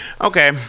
Okay